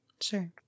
Sure